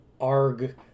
arg